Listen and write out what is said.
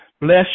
Bless